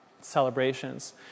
celebrations